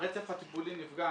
הרצף הטיפולי נפגע.